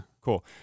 cool